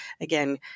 again